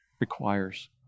requires